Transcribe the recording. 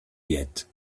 yet